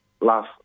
last